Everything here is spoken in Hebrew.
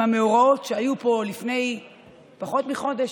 עם המאורעות שהיו פה לפני פחות מחודש,